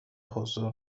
حضور